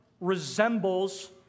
resembles